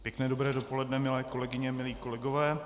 Pěkné dobré dopoledne, milé kolegyně, milí kolegové.